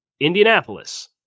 Indianapolis